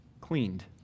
Cleaned